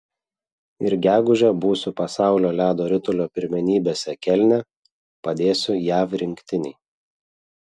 ir gegužę būsiu pasaulio ledo ritulio pirmenybėse kelne padėsiu jav rinktinei